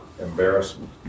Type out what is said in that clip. Embarrassment